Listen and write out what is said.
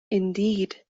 indeed